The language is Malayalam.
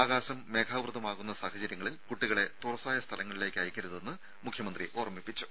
ആകാശം മേഘാവൃതമാകുന്ന സാഹചര്യങ്ങളിൽ കുട്ടികളെ തുറസായ സ്ഥലങ്ങളിലേക്ക് അയക്കരുതെന്ന് മുഖ്യമന്ത്രി ഓർമ്മിപ്പിച്ചു